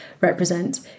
represent